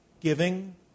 giving